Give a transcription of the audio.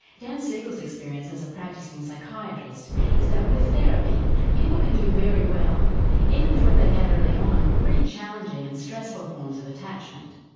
dan siegel's experience as a practising psychiatrist is that with therapy people can do very well even if what they've had early on were pretty challenging and stressful forms of attachment.